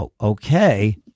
okay